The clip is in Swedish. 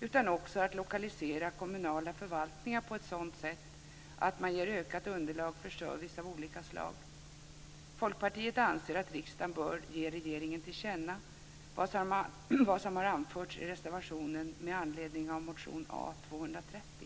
utan också att lokalisera kommunala förvaltningar på ett sådant sätt att man ger ökat underlag för service av olika slag. Folkpartiet anser att riksdagen bör ge regeringen till känna vad som har anförts i reservationen med anledning av motion A230.